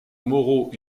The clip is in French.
moraux